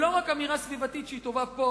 לא רק אמירה סביבתית שהיא טובה פה